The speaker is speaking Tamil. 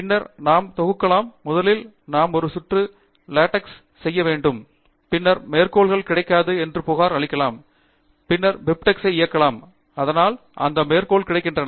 பின்னர் நாம் தொகுக்கலாம் முதலில் நாம் ஒரு சுற்று லெடெக்ஸ் செய்ய வேண்டும் பின்னர் மேற்கோள்கள் கிடைக்காது என்று புகார் அளிக்கலாம் பின்னர் பிப்டெக்ஸ் ஐ இயக்கலாம் அதனால் அந்த மேற்கோள்கள் கிடைக்கின்றன